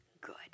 good